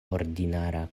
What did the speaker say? ordinara